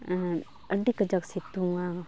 ᱟᱹᱰᱤ ᱠᱟᱡᱟᱠ ᱥᱤᱛᱩᱝᱟ